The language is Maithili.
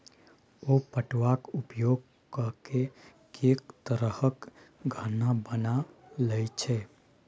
ओ पटुआक उपयोग ककए कैक तरहक गहना बना लए छै